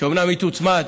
שאומנם תוצמד